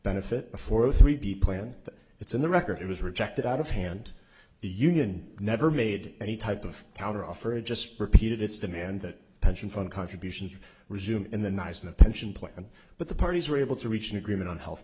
benefit for three b plan that it's in the record it was rejected out of hand the union never made any type of counteroffer it just repeated its demand that pension fund contributions resume in the nies the pension plan but the parties were able to reach an agreement on health